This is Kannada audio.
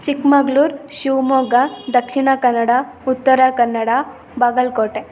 ಚಿಕ್ಕಮಗ್ಳೂರು ಶಿವಮೊಗ್ಗ ದಕ್ಷಿಣ ಕನ್ನಡ ಉತ್ತರ ಕನ್ನಡ ಬಾಗಲಕೋಟೆ